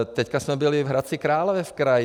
Teď jsme byli v Hradci Králové v kraji.